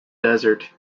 desert